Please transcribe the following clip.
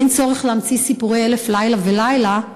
אין צורך להמציא סיפורי אלף לילה ולילה.